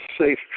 safe